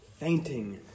fainting